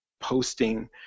posting